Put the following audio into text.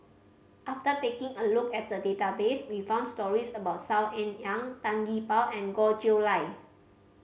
after taking a look at the database we found stories about Saw Ean Ang Tan Gee Paw and Goh Chiew Lye